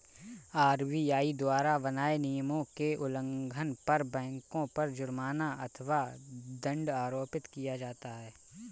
RBI द्वारा बनाए नियमों के उल्लंघन पर बैंकों पर जुर्माना अथवा दंड आरोपित किया जाता है